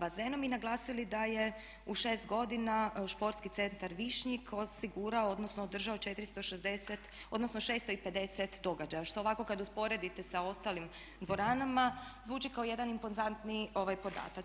bazenom i naglasili da je u šest godina Športski centar Višnjik osigurao, odnosno održao 460, odnosno 650 događaja što ovako kad usporedite sa ostalim dvoranama zvuči kao jedan imponzantni podatak.